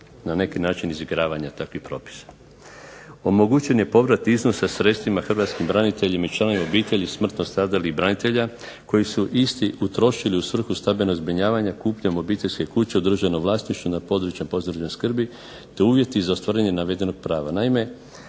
na neki način izigravanja takvih propisa. Omogućen je povrat iznosa sredstvima hrvatskim braniteljima i članovima obitelji smrtno stradalih branitelja, koji su isti utrošili u svrhu stambenog zbrinjavanja kupnjom obiteljske kuće u državnom vlasništvu na području posebne skrbi, te uvjeti za ostvarenje navedenog prava.